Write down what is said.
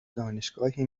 دانشگاهی